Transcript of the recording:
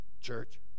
church